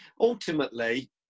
ultimately